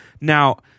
Now